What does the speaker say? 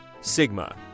Sigma